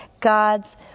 God's